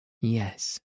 Yes